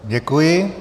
Děkuji.